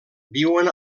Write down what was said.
viuen